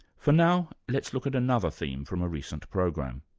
for now, let's look at another theme from a recent program.